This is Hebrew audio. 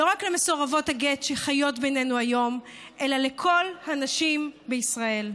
לא רק למסורבות הגט שחיות בינינו היום אלא לכל הנשים בישראל.